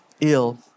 ill